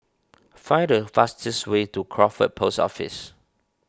find the fastest way to Crawford Post Office